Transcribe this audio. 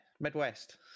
Midwest